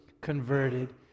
converted